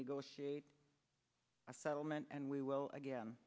negotiate a settlement and we will again